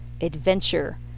adventure